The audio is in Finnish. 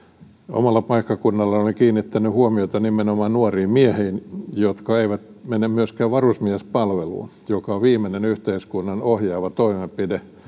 omalla paikkakunnallani olen kiinnittänyt huomiota nimenomaan nuoriin miehiin jotka eivät mene myöskään varusmiespalvelukseen joka on oikeastaan viimeinen yhteiskunnan ohjaava toimenpide